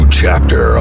chapter